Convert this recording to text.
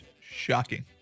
Shocking